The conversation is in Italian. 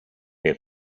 che